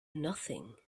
nothing